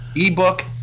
ebook